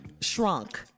shrunk